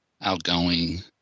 outgoing